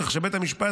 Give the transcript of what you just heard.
כך שבית המשפט,